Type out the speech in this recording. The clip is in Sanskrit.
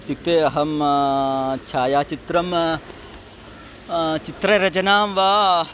इत्युक्ते अहं छायाचित्रं चित्ररचनां वा